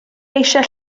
eisiau